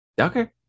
Okay